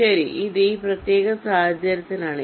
ശരി ഇത് ഈ പ്രത്യേക സാഹചര്യത്തിനാണ്